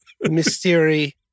mystery